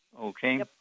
Okay